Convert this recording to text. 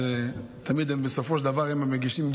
ותמיד בסופו של דבר הם המגישים,